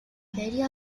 feria